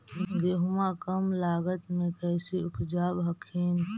गेहुमा कम लागत मे कैसे उपजाब हखिन?